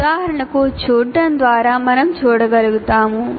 ఉదాహరణలను చూడటం ద్వారా మనం చూడగలుగుతాము